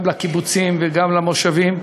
גם לקיבוצים וגם למושבים.